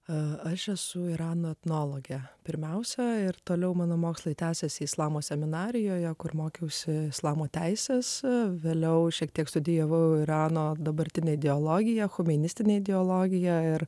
aš esu irano etnologę pirmiausia ir toliau mano mokslai tęsiasi islamo seminarijoje kur mokiausi islamo teisės vėliau šiek tiek studijavau irano dabartinę ideologiją humanistinę ideologiją ir